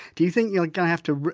do you think your gonna have to